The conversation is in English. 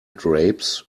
drapes